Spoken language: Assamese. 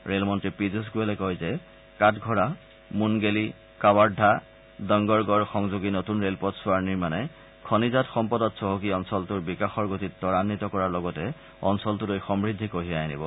ৰে'লমল্তী পীয়ুষ গোৱেলে কয় যে কাটঘৰা মুনগেলী কাৱাৰ্যা দংগৰগড় সংযোগী নতুন ৰেলপথ চোৱাৰ নিৰ্মাণে খনিজাত সম্পদত চহকী অঞ্চলটোৰ বিকাশৰ গতি ত্বৰান্বিত কৰাৰ লগতে অঞ্চলটোলৈ সমূদ্ধি কঢ়িয়াই আনিব